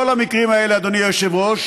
כל המקרים האלה, אדוני היושב-ראש,